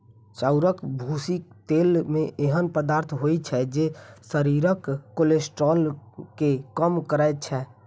चाउरक भूसीक तेल मे एहन पदार्थ होइ छै, जे शरीरक कोलेस्ट्रॉल कें कम करै छै